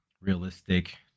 realistic